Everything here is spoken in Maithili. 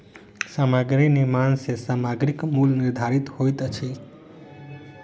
सामग्री के निर्माण सॅ सामग्रीक मूल्य निर्धारित होइत अछि